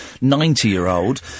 ninety-year-old